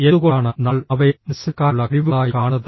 എന്തുകൊണ്ടാണ് നമ്മൾ അവയെ മനസ്സിലാക്കാനുള്ള കഴിവുകളായി കാണുന്നത്